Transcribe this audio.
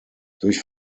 durch